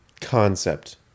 concept